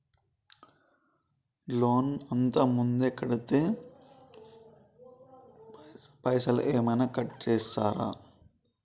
Loan అత్తే ముందే కడితే పైసలు ఏమైనా కట్ చేస్తరా?